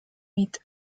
mit